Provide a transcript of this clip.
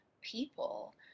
people